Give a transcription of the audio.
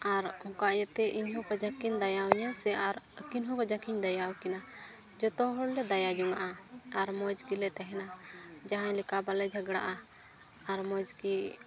ᱟᱨ ᱚᱱᱠᱟ ᱤᱭᱟᱹᱛᱮ ᱤᱧᱦᱚᱸ ᱠᱟᱡᱟᱠ ᱠᱤᱱ ᱫᱟᱭᱟ ᱤᱧᱟ ᱟᱨ ᱥᱮ ᱟᱹᱠᱤᱱ ᱦᱚᱸ ᱠᱟᱡᱟᱠ ᱤᱧ ᱫᱟᱭᱟ ᱟᱹᱠᱤᱱᱟ ᱡᱚᱛᱚ ᱦᱚᱲᱞᱮ ᱫᱟᱭᱟ ᱡᱚᱱᱟᱜᱼᱟ ᱟᱨ ᱢᱚᱡᱽ ᱜᱮᱞᱮ ᱛᱟᱦᱮᱱᱟ ᱡᱟᱦᱟᱸ ᱞᱮᱠᱟ ᱵᱟᱞᱮ ᱡᱷᱚᱜᱽᱲᱟᱜᱼᱟ ᱟᱨ ᱢᱚᱡᱽᱜᱮ